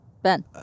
Ben